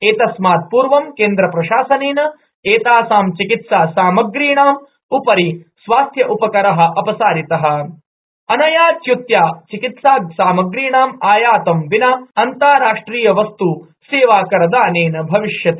एतस्मात ापूर्व केन्द्रप्रशासनेन एतासां चिकित्सा सामग्रीणाम उपरि स्वास्थ्य उपकरः अपसारितः अनया च्युत्याचिकित्सासामग्रीणाम आयातः विना अन्ताराष्ट्रियवस्त्सेवाकरदानेन भविष्यति